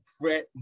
Fred